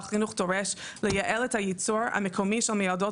החינוך דורש לייעל את הייצור המקומי של מיילדות